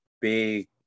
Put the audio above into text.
big